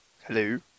Hello